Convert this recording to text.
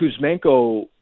Kuzmenko